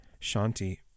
Shanti